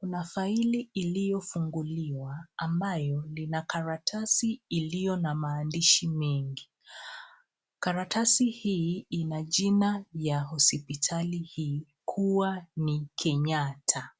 Kuna faili iliyofunguliwa ambayo lina karatasi ilio na maandishi mengi. Karatasi hii ina jina ya hospitali hii kuwa ni Kenyatta.